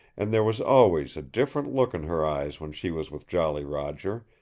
and there was always a different look in her eyes when she was with jolly roger,